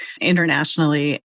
internationally